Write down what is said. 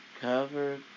cover